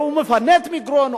הוא מפנה את מגרון,